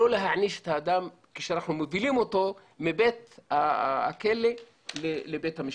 לא להעניש את האדם כשאנחנו מובילים אותו מבית הכלא לבית המשפט.